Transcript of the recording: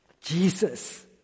Jesus